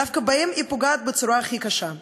דווקא בהם היא פוגעת בצורה הכי קשה.